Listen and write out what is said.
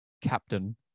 captain